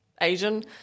Asian